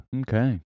Okay